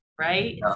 right